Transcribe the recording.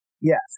Yes